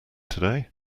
today